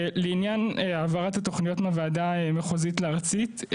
לעניין העברת התוכניות מהוועדה המחוזית לארצית,